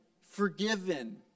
forgiven